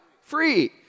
Free